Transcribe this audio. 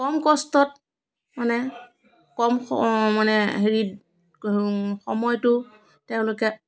কম কষ্টত মানে কম সম মানে হেৰিত সময়টো তেওঁলোকে